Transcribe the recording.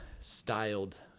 styled